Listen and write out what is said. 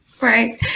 right